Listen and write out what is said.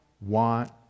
want